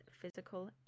physical